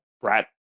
Brat